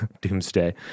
doomsday